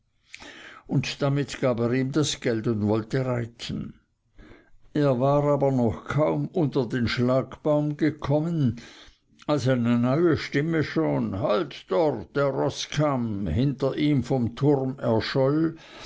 und damit gab er ihm das geld und wollte reiten er war aber noch kaum unter den schlagbaum gekommen als eine neue stimme schon halt dort der roßkamm hinter ihm vom turm erscholl